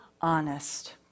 honest